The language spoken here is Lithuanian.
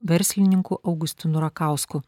verslininku augustinu rakausku